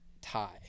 tie